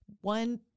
one